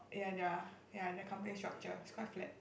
ya their their company structure is quite flat